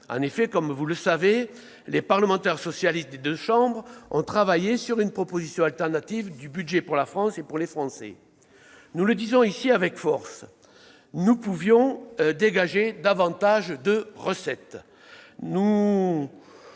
2019. Comme vous le savez, les parlementaires socialistes des deux chambres ont travaillé sur une proposition alternative de budget pour la France et pour les Français. Nous le disons ici avec force, nous pouvions dégager davantage de recettes